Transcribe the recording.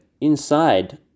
inside